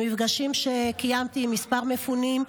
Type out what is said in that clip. במפגשים שקיימתי עם כמה מפונים,